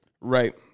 Right